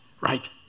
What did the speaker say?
right